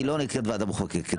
היא לא נקראת ועדה מחוקקת.